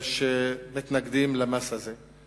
שמתנגדים למס הזה.